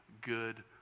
good